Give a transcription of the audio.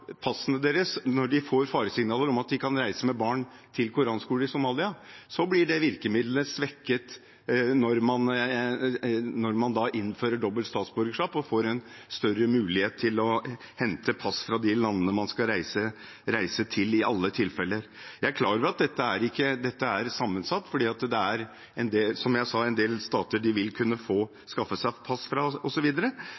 passene deres når de får faresignaler om at de kan komme til å reise med barn til koranskoler i Somalia, blir det virkemiddelet svekket når man innfører dobbelt statsborgerskap og får en større mulighet til å hente pass fra de landene man i alle tilfeller skal reise til. Jeg er klar over at dette er sammensatt, for det er – som jeg sa – en del stater de vil kunne